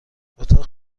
اتاق